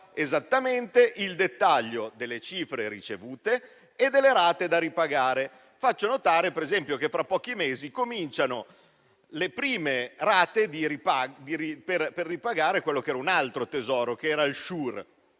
esattamente il dettaglio delle cifre ricevute e delle rate da pagare. Faccio notare, per esempio, che fra pochi mesi cominciano le prime rate per ripagare un altro tesoro, il Sure